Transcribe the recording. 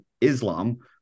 Islam